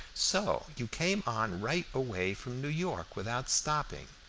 so you came on right away from new york without stopping?